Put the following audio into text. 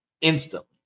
instantly